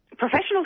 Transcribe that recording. Professional